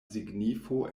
signifo